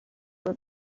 were